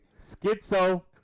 Schizo